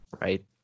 right